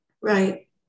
Right